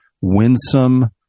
winsome